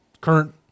current